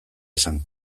esan